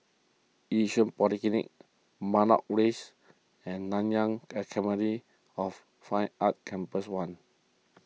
Yishun Polyclinic Matlock Rise and Nanyang Academy of Fine Arts Campus one